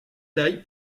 taille